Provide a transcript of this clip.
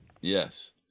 Yes